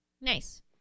Nice